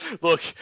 look